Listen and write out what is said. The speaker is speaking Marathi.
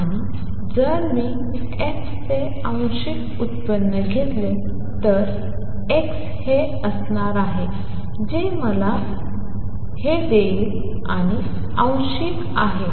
आणि जर मी f चे आंशिक व्युत्पन्न घेतले तर x हे dfdz∂z∂x असणार आहे जे मला 1vdfdz देणार आहे आणि dfdz आंशिक आहे आणि v